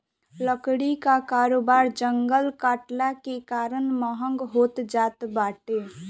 लकड़ी कअ कारोबार जंगल कटला के कारण महँग होत जात बाटे